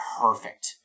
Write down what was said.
perfect